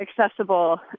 accessible